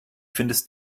findest